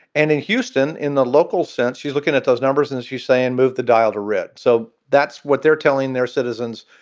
and in houston, in the local sense, she's looking at those numbers and she's saying move the dial to red. so that's what they're telling their citizens.